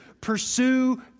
Pursue